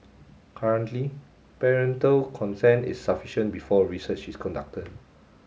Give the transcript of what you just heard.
currently parental consent is sufficient before research is conducted